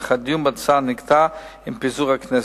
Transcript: אך הדיון בהצעה נקטע עם פיזור הכנסת.